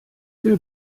will